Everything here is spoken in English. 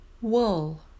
wool